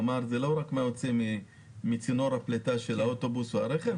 כלומר זה לא רק מה יוצא מצינור הפליטה של האוטובוס והרכב,